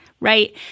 right